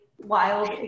wild